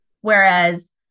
Whereas